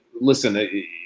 listen